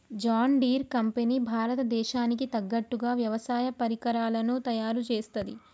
John Deere company భారత దేశానికి తగ్గట్టుగా వ్యవసాయ పరికరాలను తయారుచేస్తది